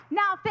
now